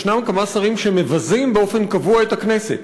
יש כמה שרים שמבזים באופן קבוע את הכנסת.